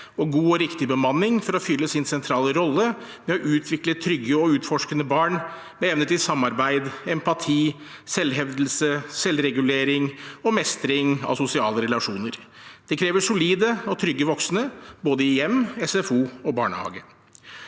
og god og riktig bemanning for å fylle sin sentrale rolle med å utvikle trygge og utforskende barn med evne til samarbeid, empati, selvhevdelse, selvregulering og mestring av sosiale relasjoner. Det krever solide og trygge voksne – både i hjem, SFO og barnehage.